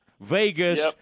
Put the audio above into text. Vegas